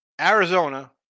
Arizona